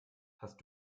hast